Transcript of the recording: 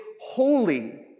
holy